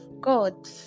God